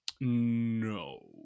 no